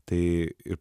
tai ir